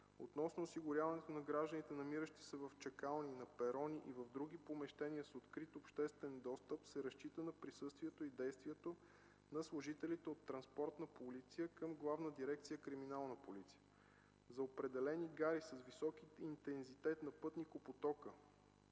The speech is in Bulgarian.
Относно осигуряването на гражданите, намиращи се в чакални, на перони и в други помещения с открит обществен достъп, се разчита на присъствието и действието на служителите от „Транспортна полиция” към Главна дирекция „Криминална полиция”. Автогари с висок интензитет на пътникопотока